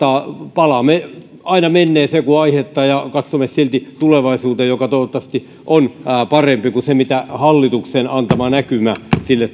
palaamme aina menneeseen kun on aihetta ja katsomme silti tulevaisuuteen joka toivottavasti on parempi kuin se mitä hallituksen antama näkymä sille